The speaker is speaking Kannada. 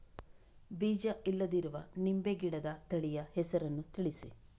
ಬೀಜ ಇಲ್ಲದಿರುವ ನಿಂಬೆ ಗಿಡದ ತಳಿಯ ಹೆಸರನ್ನು ತಿಳಿಸಿ?